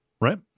Right